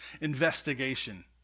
investigation